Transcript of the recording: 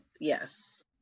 yes